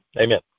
Amen